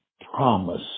promise